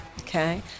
Okay